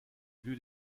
lieu